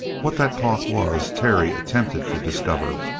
what that talk was terry attempted to discover,